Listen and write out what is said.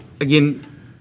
again